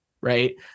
right